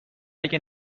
اگه